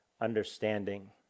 understanding